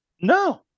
No